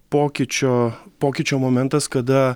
pokyčio pokyčio momentas kada